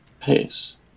pace